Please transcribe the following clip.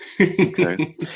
Okay